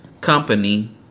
company